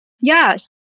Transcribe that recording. Yes